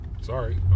Sorry